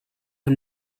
und